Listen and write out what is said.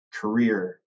career